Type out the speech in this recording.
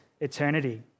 eternity